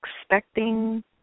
expecting